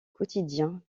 quotidiens